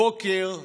הבוקר,